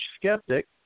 skeptic